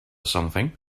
something